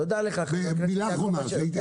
תודה לך חבר הכנסת אשר.